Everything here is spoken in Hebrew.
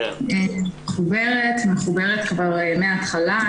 מחוברת ומחוברת כבר מהתחלה.